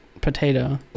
potato